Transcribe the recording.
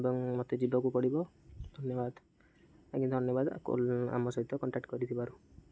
ଏବଂ ମୋତେ ଯିବାକୁ ପଡ଼ିବ ଧନ୍ୟବାଦ ଆଜ୍ଞା ଧନ୍ୟବାଦ ଆମ ସହିତ କଣ୍ଟାକ୍ଟ କରିଥିବାରୁ